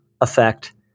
effect